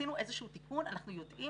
שעשינו איזשהו תיקון ואנחנו יודעים